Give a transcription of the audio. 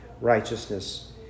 righteousness